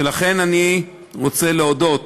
ולכן, אני רוצה להודות: